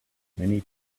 many